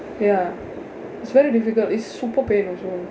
ya it's very difficult it's super pain also